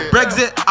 Brexit